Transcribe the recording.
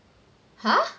!huh!